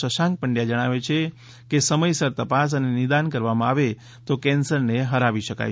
શશાંક પંડ્યા જણાવે છે કે સમયસર તપાસ અને નિદાન કરવામાં આવે તો કેન્સરને હરાવી શકાય